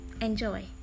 Enjoy